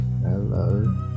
hello